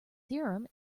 theorem